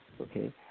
Okay